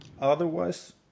otherwise